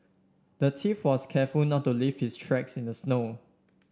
the thief was careful not to leave his tracks in the snow